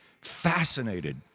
fascinated